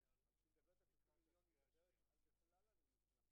באותו יום הוא נדרש להיות באותו מוסד לימודים.